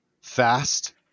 Fast